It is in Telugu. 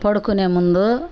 పడుకునే ముందూ